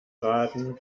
raten